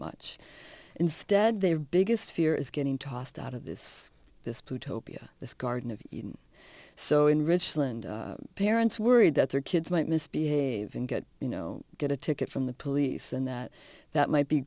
much instead they have biggest fear is getting tossed out of this dispute topia this garden of eden so in richland parents worried that their kids might misbehave and get you know get a ticket from the police and that that might be